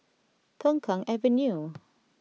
Peng Kang Avenue